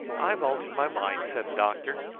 i've altered my mind, said the doctor.